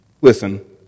listen